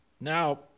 Now